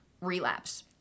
relapse